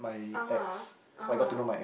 (uh huh) (uh huh)